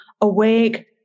awake